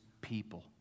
people